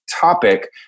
topic